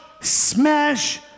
smash